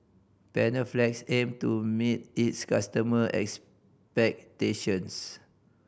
Panaflex aim to meet its customer expectations